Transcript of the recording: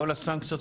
כל הסנקציות.